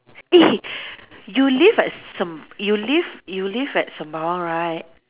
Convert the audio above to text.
eh you live at S~ Sem~ you live you live at Sembawang right